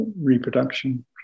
reproduction